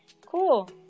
cool